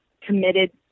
committed